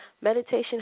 Meditation